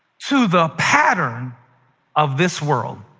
to the pattern of this world,